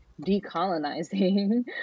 decolonizing